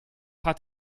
hat